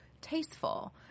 tasteful